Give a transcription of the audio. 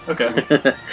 Okay